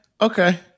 okay